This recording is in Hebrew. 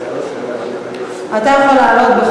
אתה יכול לעלות.